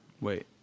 Wait